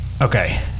okay